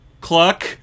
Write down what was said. Cluck